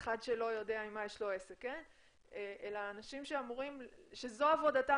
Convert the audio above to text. אחד שלא יודע עם מה יש לו עסק אלא אנשים שזו עבודתם